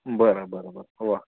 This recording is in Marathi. बरं बरं बरं वा